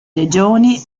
regioni